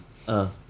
(uh huh)